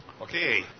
Okay